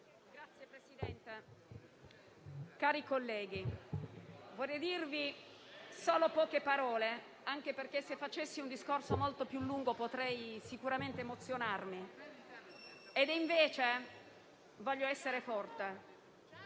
Signor Presidente, cari colleghi, vorrei dirvi solo poche parole, anche perché se facessi un discorso molto più lungo, potrei sicuramente emozionarmi e invece voglio essere forte.